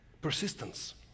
persistence